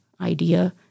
idea